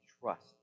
trust